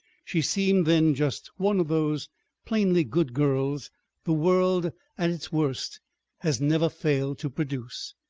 she seemed then just one of those plainly good girls the world at its worst has never failed to produce,